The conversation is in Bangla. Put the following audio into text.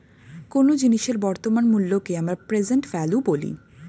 কোনো জিনিসের বর্তমান মূল্যকে আমরা প্রেসেন্ট ভ্যালু বলি